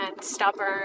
stubborn